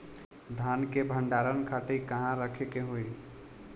धान के भंडारन खातिर कहाँरखे के होई?